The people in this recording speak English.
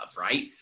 right